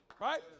Right